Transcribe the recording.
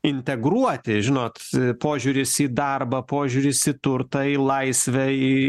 integruoti žinot požiūris į darbą požiūris į turtą į laisvę į